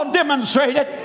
demonstrated